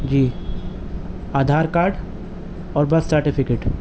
جی Aadhaar card اور birth certificate